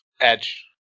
Edge